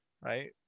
right